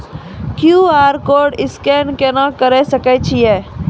QR code scan केना करै सकय छियै?